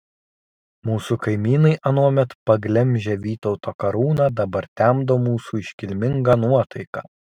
mūsų kaimynai anuomet paglemžę vytauto karūną dabar temdo mūsų iškilmingą nuotaiką